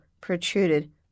protruded